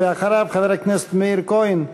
ואחריו, חבר הכנסת מאיר כהן.